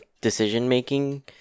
decision-making